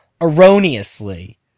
erroneously